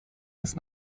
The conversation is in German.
ist